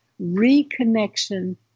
reconnection